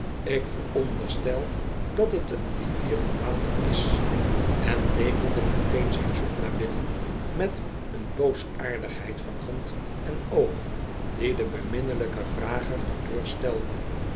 ik vooronderstel dat het een rivier van water is en lepelde meteen zijn soep naar binnen met een boosaardigheid van hand en oog die den beminnelijken vrager te